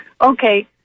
Okay